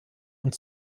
und